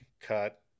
cut